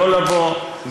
לא לבוא,